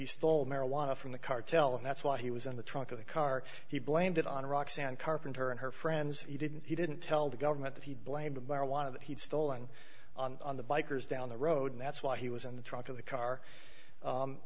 he stole marijuana from the cartel and that's why he was in the trunk of the car he blamed it on roxanne carpenter and her friends he didn't he didn't tell the government that he blamed marijuana that he'd stolen on the bikers down the road and that's why he was in the trunk of the car